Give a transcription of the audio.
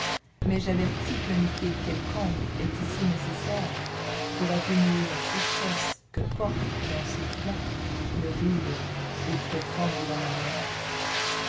mais j'avertis qu'un liquide quelconque est ici nécessaire pour atténuer la sécheresse que porte dans ses flancs le rire aux traits fendus en arrière